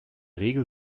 regel